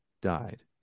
died